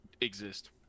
exist